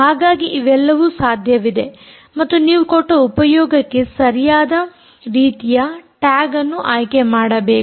ಹಾಗಾಗಿ ಇವೆಲ್ಲವೂ ಸಾಧ್ಯವಿದೆ ಮತ್ತು ನೀವು ಕೊಟ್ಟ ಉಪಯೋಗಕ್ಕೆ ಸರಿಯಾದ ರೀತಿಯ ಟ್ಯಾಗ್ ಅನ್ನು ಆಯ್ಕೆಮಾಡಬೇಕು